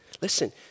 listen